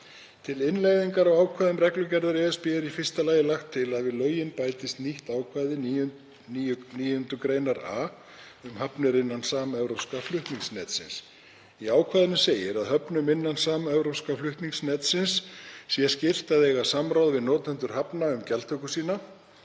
Til innleiðingar á ákvæðum reglugerðar ESB er í fyrsta lagi lagt til að við lögin bætist nýtt ákvæði, 9 gr. a, um hafnir innan samevrópska flutninganetsins. Í ákvæðinu segir að höfnum innan samevrópska flutninganetsins sé skylt að eiga samráð við notendur hafna um gjaldtöku og